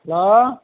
hello